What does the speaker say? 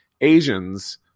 Asians